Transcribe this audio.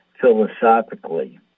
philosophically